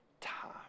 time